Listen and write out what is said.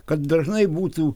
kad dažnai būtų